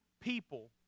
people